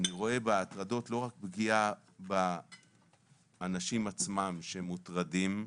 אני רואה בהטרדות לא רק פגיעה באנשים עצמם שמוטרדים,